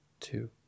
two